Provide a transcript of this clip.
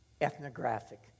ethnographic